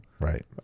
Right